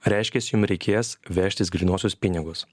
reiškias jum reikės vežtis grynuosius pinigus